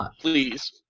please